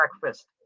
breakfast